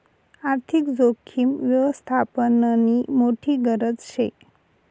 आर्थिक जोखीम यवस्थापननी मोठी गरज शे